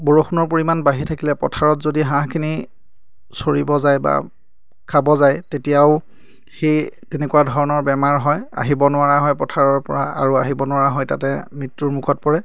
বৰষুণৰ পৰিমাণ বাঢ়ি থাকিলে পথাৰত যদি হাঁহখিনি চৰিব যায় বা খাব যায় তেতিয়াও সেই তেনেকুৱা ধৰণৰ বেমাৰ হয় আহিব নোৱাৰা হয় পথাৰৰ পৰা আৰু আহিব নোৱাৰা হৈ তাতে মৃত্যুৰ মুখত পৰে